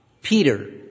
Peter